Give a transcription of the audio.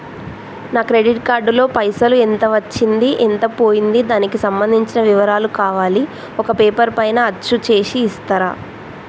నా credit card లో పైసలు ఎంత వచ్చింది ఎంత పోయింది దానికి సంబంధించిన వివరాలు కావాలి ఒక పేపర్ పైన అచ్చు చేసి ఇస్తరా?